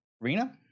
Rina